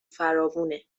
فراوونه